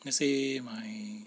let's say my